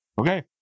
okay